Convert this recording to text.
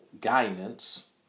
guidance